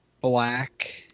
black